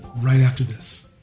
right after this.